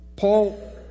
Paul